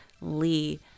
Lee